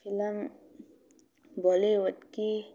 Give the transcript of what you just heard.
film ꯕꯣꯂꯤꯋꯨꯠꯀꯤ